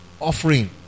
offering